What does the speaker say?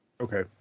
Okay